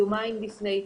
יומיים לפני,